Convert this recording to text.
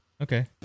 Okay